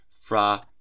Fra